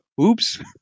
Oops